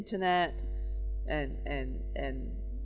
internet and and and